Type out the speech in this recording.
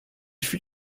fut